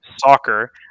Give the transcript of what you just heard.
soccer